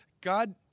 God